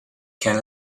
can